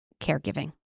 caregiving